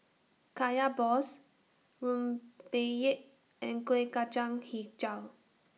Kaya Balls Rempeyek and Kuih Kacang Hijau